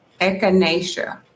Echinacea